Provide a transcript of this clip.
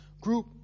group